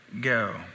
go